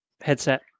headset